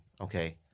okay